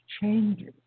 changes